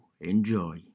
Enjoy